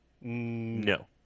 No